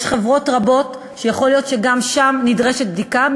יש חברות רבות שיכול להיות שגם אצלן נדרשת בדיקה,